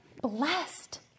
blessed